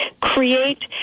create